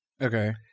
Okay